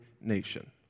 nation